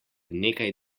nekaj